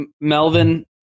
Melvin